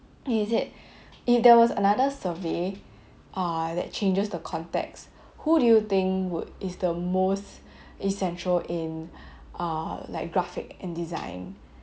he said if there was another survey uh that changes the context who do you think would is the most essential in err like graphic and design